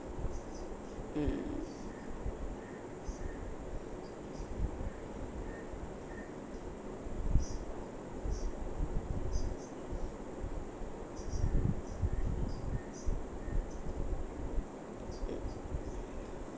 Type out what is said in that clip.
mm mm